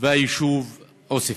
והיישוב עוספיא.